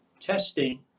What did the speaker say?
testing